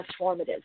transformative